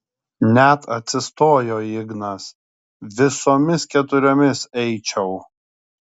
net atsistojo ignas visomis keturiomis eičiau